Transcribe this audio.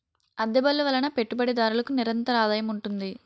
అద్దె బళ్ళు వలన పెట్టుబడిదారులకు నిరంతరాదాయం ఉంటుంది